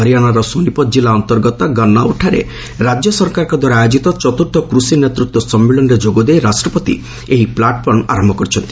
ହରିଆଣାର ସୋନିପତ୍ କିଲ୍ଲା ଅନ୍ତର୍ଗତ ଗନ୍ନାଉର୍ଠାରେ ରାଜ୍ୟ ସରକାରଙ୍କଦ୍ୱାରା ଆୟୋଜିତ ଚତୁର୍ଥ କୃଷି ନେତୃତ୍ୱ ସମ୍ମିଳନୀରେ ଯୋଗଦେଇ ରାଷ୍ଟ୍ରପତି ଏହି ପ୍ଲାଟ୍ଫର୍ମ ଆରମ୍ଭ କରିଛନ୍ତି